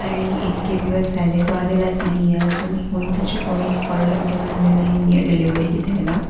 आणि इतके दिवस झाले तो आलेलाच नाही आहे अजून फोन त्याची कोणीच ऑर्डर घेऊन आलेला नाही आहे डिलेवरी द्यायला